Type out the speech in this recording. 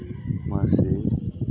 ꯃꯥꯁꯦ